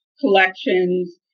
collections